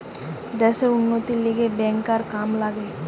দ্যাশের উন্নতির লিগে ব্যাংকার কাম লাগে